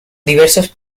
diversos